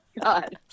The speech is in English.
God